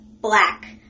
black